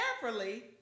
carefully